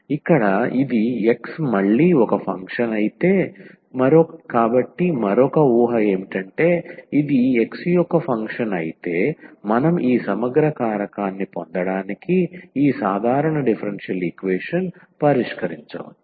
ఇక్కడ ఇది x మళ్ళీ ఒక ఫంక్షన్ అయితే కాబట్టి మరొక ఊహ ఇది x యొక్క ఫంక్షన్ అయితే మనం ఈ సమగ్ర కారకాన్ని పొందడానికి ఈ సాధారణ డిఫరెన్షియల్ ఈక్వేషన్ పరిష్కరించవచ్చు